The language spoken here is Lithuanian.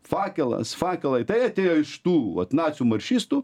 fakelas fakelai tai atėjo iš tų vat nacių maršistų